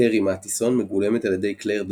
קרי מתיסון מגולמת על ידי קלייר דיינס,